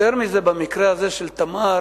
יותר מזה, במקרה הזה של "תמר"